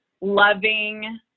loving